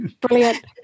Brilliant